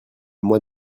mois